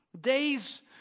Days